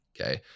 okay